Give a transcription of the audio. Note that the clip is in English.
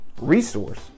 resource